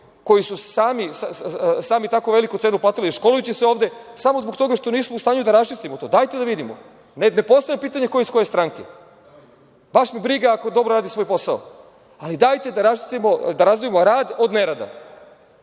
koji su sami tako veliku cenu platili školujući se ovde samo zbog toga što nismo u stanju da raščistimo to. Dajte da vidimo, ne postavljamo pitanja ko je iz koje stranke. Baš me briga ako dobro radi svoj posao. Ali, dajte da razdvojimo rad od nerada. To